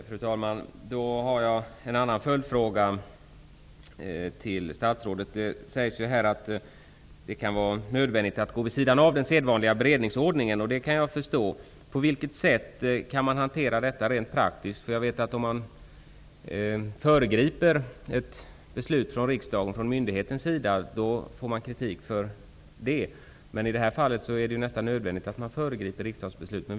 Fru talman! Jag har en annan följdfråga till statsrådet. Det sägs här att det kan vara nödvändigt att gå vid sidan av den sedvanliga beredningsordningen, vilket jag kan förstå. På vilket sätt kan man hantera detta rent praktiskt? Om en myndighet föregriper ett beslut från riksdagen får man kritik för detta. Men i det här fallet är det nästan nödvändigt att föregripa riksdagens beslut.